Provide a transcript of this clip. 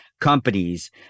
companies